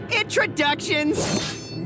Introductions